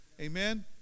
Amen